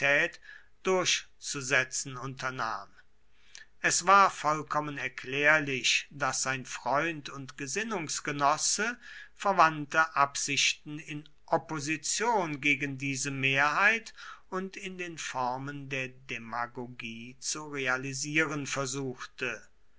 durchzusetzen unternahm es war vollkommen erklärlich daß sein freund und gesinnungsgenosse verwandte absichten in opposition gegen diese mehrheit und in den formen der demagogie zu realisieren versuchte